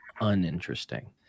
uninteresting